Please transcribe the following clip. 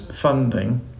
funding